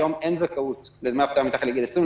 היום אין זכאות לדמי אבטלה מתחת לגיל 20,